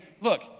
Look